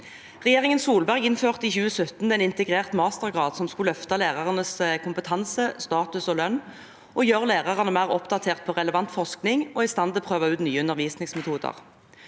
Regjeringen Solberg innførte i 2017 en integrert mastergrad, som skulle løfte lærernes kompetanse, status og lønn og gjøre lærerne mer oppdatert på relevant forskning og i stand til å prøve ut nye undervisningsmetoder.